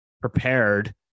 prepared